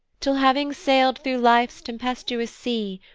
till having sail'd through life's tempestuous sea,